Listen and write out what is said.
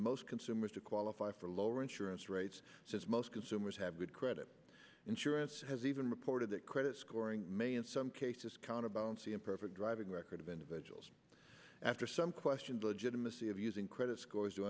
most consumers to qualify for lower insurance rates since most consumers have good credit insurance has even reported that credit scoring may in some cases counterbalance the imperfect driving record of individuals after some questioned legitimacy of using credit scores